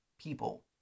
people